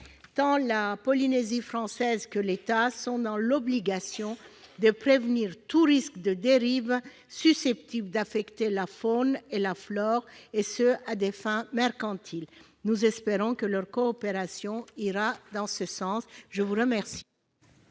La Polynésie française, tout autant que l'État, est dans l'obligation de prévenir tout risque de dérive susceptible d'affecter la faune et la flore à des fins mercantiles. Nous espérons que leur coopération ira dans ce sens ! Je mets aux voix